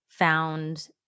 found